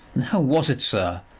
how was it, sir?